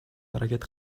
аракет